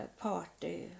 party